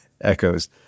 echoes